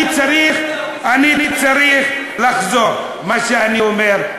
אני צריך לחזור: מה שאני אומר,